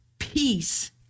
Peace